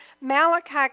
Malachi